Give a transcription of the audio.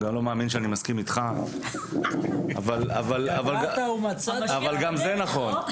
אני גם לא מאמין שאני מסכים איתך, אבל גם זה נכון.